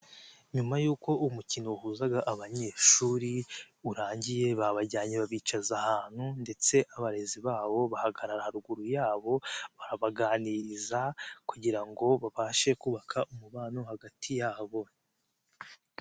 Nyuma y'uko umukino wahuzaga abanyeshuri urangiye babajyanye, babicaza ahantu ndetse abarezi babo bahagarara haruguru yabo barabaganiriza kugira ngo babashe kubaka umubano hagati yabo.